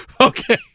Okay